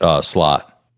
slot